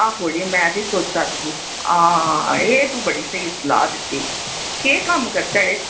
आहो अड़ेओ में बी सोचा दी ही आं एह् तू बड़ी स्हेई सलाह् दित्ती केह् कम्म करचै अड़ेओ